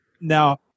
Now